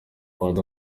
paddy